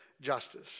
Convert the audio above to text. justice